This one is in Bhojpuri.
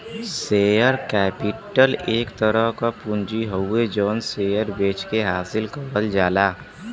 शेयर कैपिटल एक तरह क पूंजी हउवे जौन शेयर बेचके हासिल करल जाला